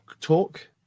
talk